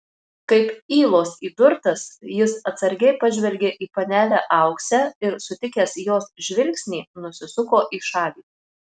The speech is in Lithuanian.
kaip ylos įdurtas jis atsargiai pažvelgė į panelę auksę ir sutikęs jos žvilgsnį nusisuko į šalį